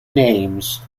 names